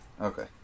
Okay